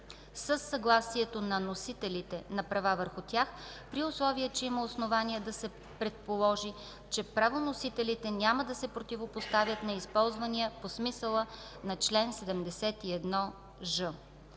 със съгласието на носителите на права върху тях, при условие че има основание да се предположи, че правоносителите няма да се противопоставят на използвания по смисъла на чл. 71ж.